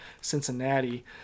Cincinnati